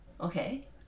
Okay